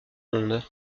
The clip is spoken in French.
monde